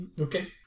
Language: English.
okay